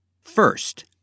First